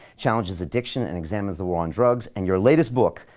challenges addiction and examines the war on drugs. and your latest book,